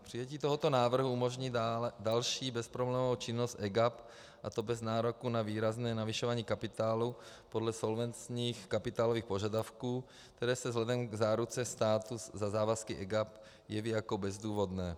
Přijetí tohoto návrhu umožní další bezproblémovou činnost EGAP, a to bez nároku na výrazné navyšování kapitálu podle solventnostních kapitálových požadavků, které se vzhledem k záruce státu za závazky EGAP jeví jako bezdůvodné.